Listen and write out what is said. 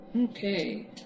Okay